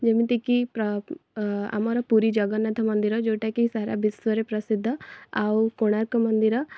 ଯେମିତି କି ଆମର ପୁରୀ ଜଗନ୍ନାଥମନ୍ଦିର ଯେଉଁଟା କି ସାରା ବିଶ୍ୱରେ ପ୍ରସିଦ୍ଧ ଆଉ କୋଣାର୍କ ମନ୍ଦିର